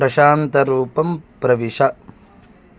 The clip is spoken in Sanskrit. प्रशान्तरूपं प्रविश